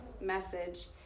message